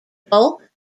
bulk